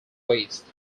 waist